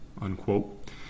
Unquote